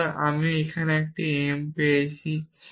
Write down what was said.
সুতরাং এখন আমি একটি m পেয়েছি